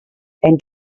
and